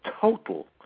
total